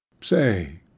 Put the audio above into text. Say